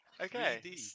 Okay